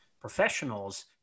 professionals